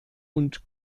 und